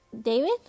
David